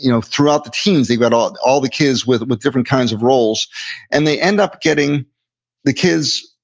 you know throughout the teens, they've got all all the kids with with different kinds of roles and they end up getting the kids,